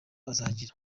azagira